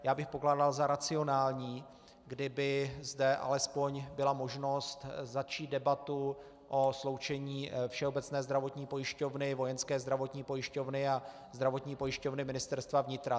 Já bych pokládal za racionální, kdyby zde alespoň byla možnost začít debatu o sloučení Všeobecné zdravotní pojišťovny, Vojenské zdravotní pojišťovny a Zdravotní pojišťovny Ministerstva vnitra.